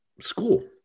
school